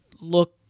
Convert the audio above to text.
look